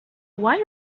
why